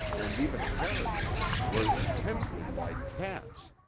and even character, were intensely like cats.